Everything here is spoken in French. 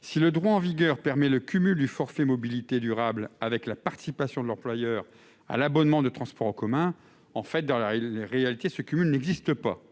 Si le droit en vigueur permet le cumul du forfait mobilités durables avec la participation de l'employeur à l'abonnement de transports en commun, en réalité, ce cumul n'existe pas.